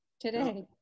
today